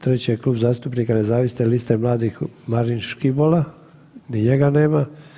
Treći je Klub zastupnika Nezavisne liste mladih, Marin Škibola, ni njega nema.